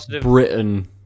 Britain